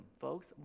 folks